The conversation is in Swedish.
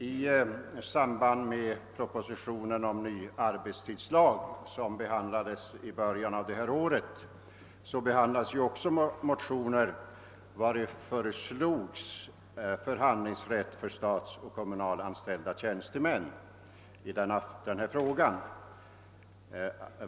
I samband med propositionen om ny arbetstidslag som behandlades i början av detta år väcktes också motioner, vari föreslogs förhandlingsrätt i denna fråga för statsoch kommunalanställda tjänstemän.